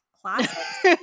classics